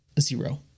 zero